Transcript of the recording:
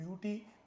beauty